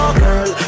girl